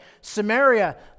Samaria